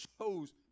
shows